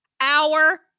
Hour